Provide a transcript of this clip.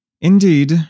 Indeed